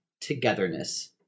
togetherness